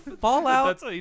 Fallout